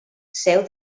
seu